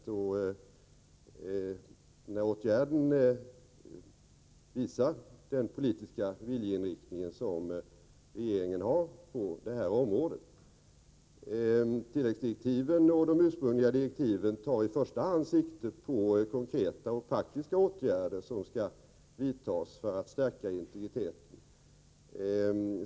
Denna åtgärd visar den politiska viljeinriktning som regeringen har på det här området. Både tilläggsdirektiven och de ursprungliga direktiven tar i första hand sikte på de konkreta och praktiska åtgärder som skall vidtas för att stärka integriteten.